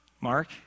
Mark